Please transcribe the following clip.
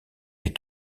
les